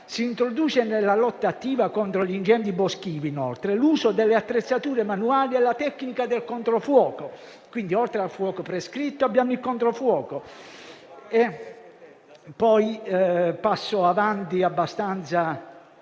Inoltre, nella lotta attiva contro gli incendi boschivi si introduce l'uso delle attrezzature manuali e la tecnica del controfuoco. Quindi, oltre al fuoco prescritto abbiamo il controfuoco. Sono poi rafforzati